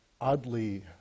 oddly